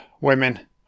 women